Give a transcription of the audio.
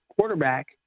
quarterback